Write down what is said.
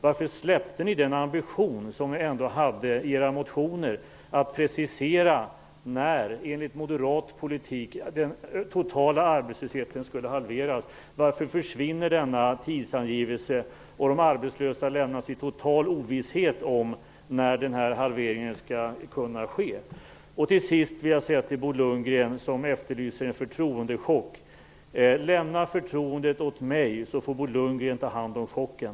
Varför släppte ni den ambition som ni ändå hade i era motioner att precisera när den totala arbetslösheten skulle halveras enligt moderat politik? Varför försvinner denna tidsangivelse? De arbetslösa lämnas i total ovisshet om när halveringen skall kunna ske. Till sist vill jag säga till Bo Lundgren, som efterlyser en förtroendechock: Lämna förtroendet åt mig, så får Bo Lundgren ta hand om chocken!